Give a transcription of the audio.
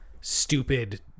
stupid